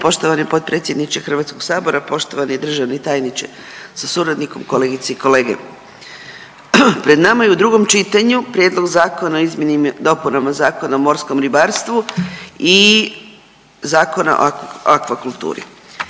poštovani potpredsjedniče Hrvatskog sabora. Poštovani državni tajniče sa suradnikom, kolegice i kolege, pred nama je u drugom čitanju Prijedlog zakona o izmjeni i dopunama Zakona o morskom ribarstvu i Zakona o aquakulturi.